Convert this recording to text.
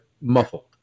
muffled